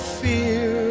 fear